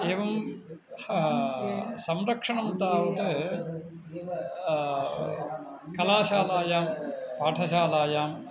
एवं संरक्षणं तावत् कलाशालायां पाठशालायां